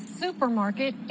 supermarket